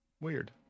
Weird